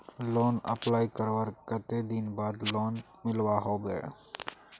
Loan apply करवार कते दिन बाद लोन मिलोहो होबे?